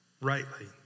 rightly